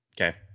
Okay